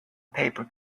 paper